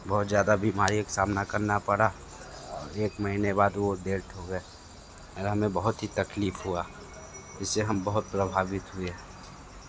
बहुत ज़्यादा बीमारियों का सामना करना पड़ा और एक महीने बाद वो डेथ हो गए और हमें बहुत ही तकलीफ हुआ इसे हम बहुत प्रभावित हुए